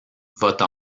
vote